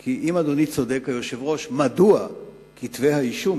כי אם אדוני היושב-ראש צודק, מדוע כתבי האישום